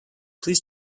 please